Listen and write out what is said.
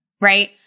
right